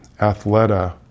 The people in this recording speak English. Athleta